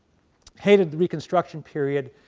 hated the reconstruction periods,